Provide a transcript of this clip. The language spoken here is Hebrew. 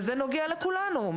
וזה נוגע לכולנו.